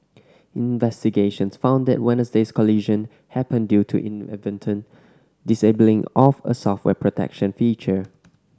investigations found that Wednesday's collision happened due to inadvertent disabling of a software protection feature